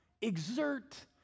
Exert